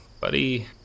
buddy